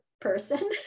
person